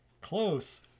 Close